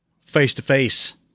face-to-face